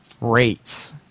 rates